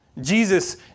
Jesus